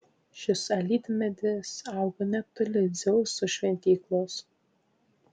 šis alyvmedis augo netoli dzeuso šventyklos